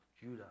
Judah